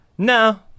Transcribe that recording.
No